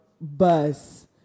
bus